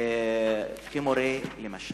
כמורה למשל.